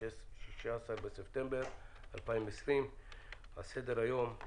16 בספטמבר 2020. על סדר-היום: